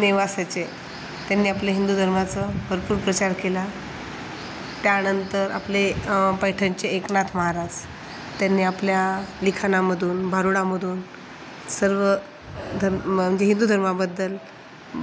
नेवासेचे त्यांनी आपले हिंदू धर्माचं भरपूर प्रचार केला त्यानंतर आपले पैठणचे एकनाथ महाराज त्यांनी आपल्या लिखाणामधून भारुडामधून सर्व धर्म म्हणजे हिंदू धर्माबद्दल